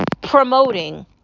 promoting